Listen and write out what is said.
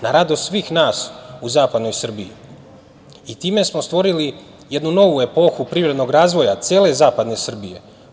Na radost svih nas u zapadnoj Srbiji i time smo stvorili jednu novu epohu privrednog razvoja cele zapadne Srbije.